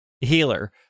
healer